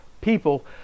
people